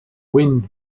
wind